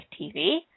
TV